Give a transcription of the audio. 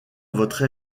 votre